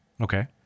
Okay